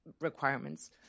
requirements